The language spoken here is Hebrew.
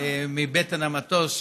מבטן המטוס,